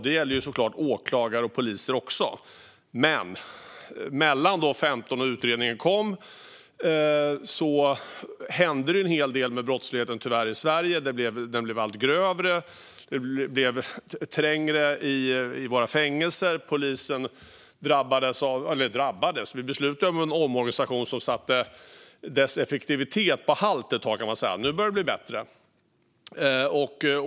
Det gäller såklart åklagare och poliser också. Men efter 2015, då utredningen kom, hände det tyvärr en hel del med brottsligheten i Sverige. Den blev allt grövre. Det blev trängre i våra fängelser. Polisen drabbades - nej, drabbades är fel ord; vi beslutade om en omorganisation som satte dess effektivitet på halt ett tag, kan man säga. Nu börjar det bli bättre.